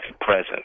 present